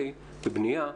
בנייה וכו',